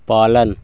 पालन